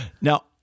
Now